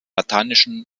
lateinischen